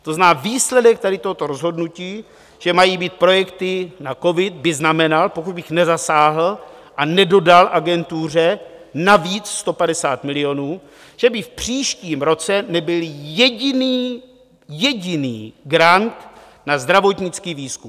To znamená, výsledek tady tohoto rozhodnutí, že mají být projekty na covid, by znamenal, pokud bych nezasáhl a nedodal agentuře navíc 150 milionů, že by v příštím roce nebyl jediný jediný grant na zdravotnický výzkum.